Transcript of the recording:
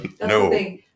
No